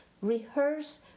rehearse